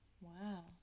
Wow